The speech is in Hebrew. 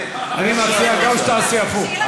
גם אני מציע שתעשי הפוך.